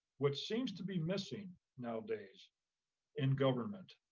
what seems to be missing nowadays in government.